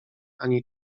ani